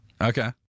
Okay